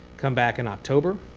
come back in october.